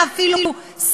הביאה את